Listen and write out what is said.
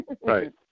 Right